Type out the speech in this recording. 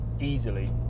easily